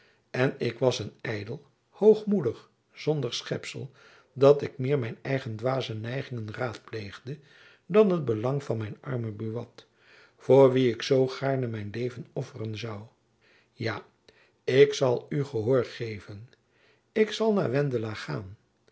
en ik was een ydel hoogmoedig zondig schepsel dat ik meer mijn eigen dwaze neigingen raadpleegde dan het belang van mijn armen buat voor wien ik zoo gaarne mijn leven offeren zoû ja ik zal u gehoor geven ik zal naar wendela gaan